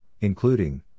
including